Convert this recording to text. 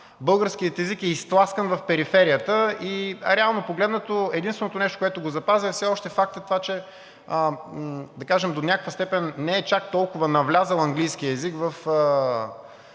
българският език е изтласкан в периферията и реално погледнато единственото нещо, което го запазва, все още е фактът, че, да кажем, до някаква степен не е чак толкова навлязъл английският език